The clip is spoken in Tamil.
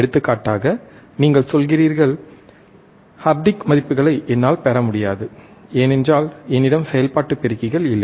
எடுத்துக்காட்டாக நீங்கள் சொல்கிறீர்கள் ஹார்டிக் மதிப்புகளைப் என்னால் பெற முடியாது ஏனென்றால் என்னிடம் செயல்பாட்டு பெருக்கிகள் இல்லை